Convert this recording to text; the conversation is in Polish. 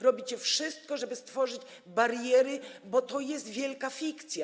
Robicie wszystko, żeby stworzyć bariery, bo jest to wielka fikcja.